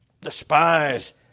Despise